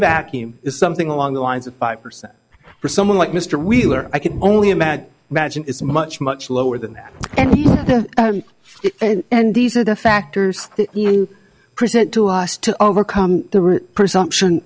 vacuum is something along the lines of five percent for someone like mr wheeler i can only imagine magine is much much lower than that and these are the factors you present to us to overcome the presumption